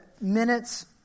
minutes